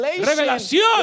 revelación